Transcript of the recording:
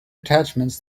attachments